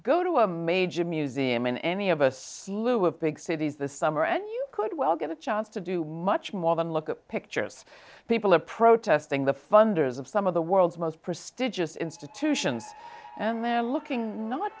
go to a major museum in any of us lou of big cities this summer and you could well get a chance to do much more than look at pictures people are protesting the funders of some of the world's most prestigious institutions and they're looking not